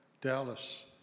Dallas